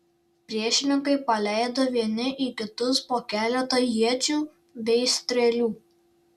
priešininkai paleido vieni į kitus po keletą iečių bei strėlių